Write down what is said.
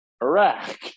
Iraq